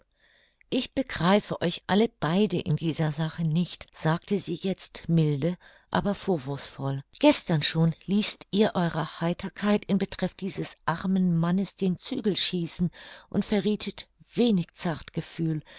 ich begreife euch alle beide in dieser sache nicht sagte sie jetzt milde aber vorwurfsvoll gestern schon ließt ihr eurer heiterkeit in betreff dieses armen mannes den zügel schießen und verriethet wenig zartgefühl